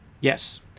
Yes